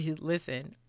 listen